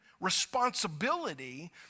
responsibility